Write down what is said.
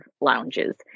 lounges